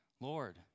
Lord